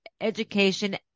education